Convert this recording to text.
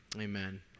Amen